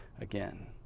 again